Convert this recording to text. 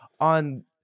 on